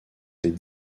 des